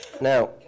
Now